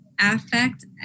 affect